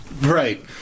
Right